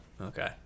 Okay